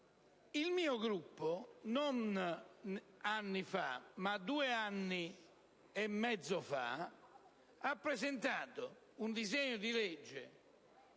Il mio Gruppo, non anni fa ma due anni e mezzo fa, ha presentato un disegno di legge